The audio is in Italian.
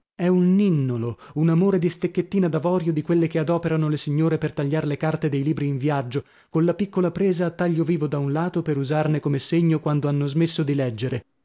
è un ninnolo un amore di stecchettina d'avorio di quelle che adoperano le signore per tagliar le carte dei libri in viaggio colla piccola presa a taglio vivo da un lato per usarne come segno quando hanno smesso di leggere